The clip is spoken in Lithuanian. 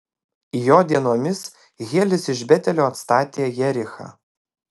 jo dienomis hielis iš betelio atstatė jerichą